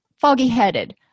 foggy-headed